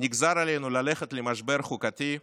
ללכת למשבר חוקתי,